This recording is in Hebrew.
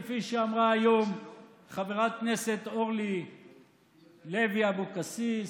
כפי שאמרה היום חברת הכנסת אורלי לוי אבקסיס?